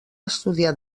estudiar